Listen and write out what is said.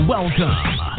Welcome